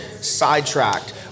sidetracked